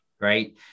Right